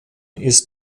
ist